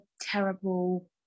terrible